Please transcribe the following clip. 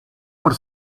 por